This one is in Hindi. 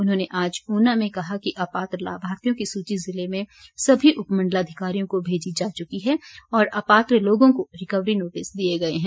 उन्होंने आज ऊना में कहा कि अपात्र लाभार्थियों की सूची ज़िले में सभी उपमंडलाधिकारियों को भेजी जा चुकी है और अपात्र लोगों को रिकवरी नोटिस दिए गए हैं